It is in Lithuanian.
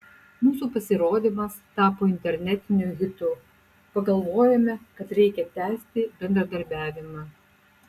mūsų pasirodymas tapo internetiniu hitu pagalvojome kad reikia tęsti bendradarbiavimą